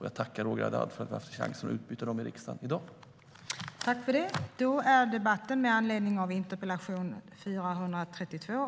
Jag tackar Roger Haddad för chansen att utbyta dem i dag.